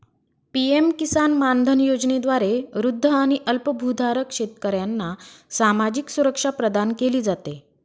PM Kisan Maandhan योजनेद्वारे वृद्ध आणि अल्पभूधारक शेतकऱ्यांना सामाजिक सुरक्षा प्रदान केली जाते